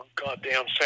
goddamn